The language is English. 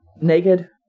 naked